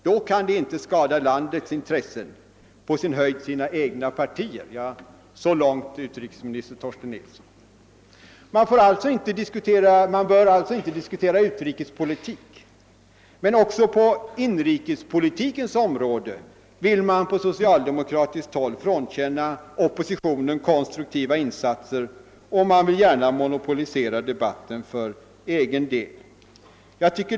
Då kan de inte skada landets intressen — på sin höjd sina egna partier.» Oppositionen bör alltså inte diskutera utrikespolitik. Men också på inrikespolitikens område vill socialdemokraterna frånkänna oppositionen konstruktiva insatser och gärna monopolisera debatten för egen del.